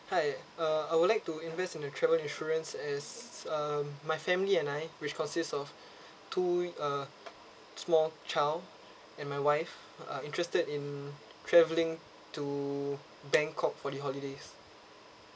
hi uh I would like to invest in your travel insurance as um my family and I which consists of two uh small child and my wife uh interested in travelling to bangkok for the holidays